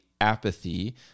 apathy